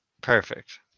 perfect